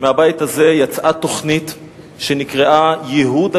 יצאה מהבית הזה תוכנית שנקראה "ייהוד הגליל",